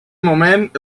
moment